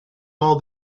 all